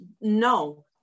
No